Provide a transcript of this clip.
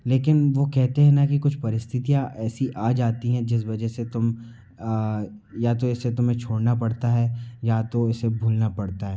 लेकिन वो कहते हैं ना कि कुछ परिस्थितयाँ ऐसी आ जाती हैं जिस वजह से तुम या तो ऐसे तुम्हें छोड़ना पड़ता है या तो इसे भूलना पड़ता है